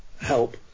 help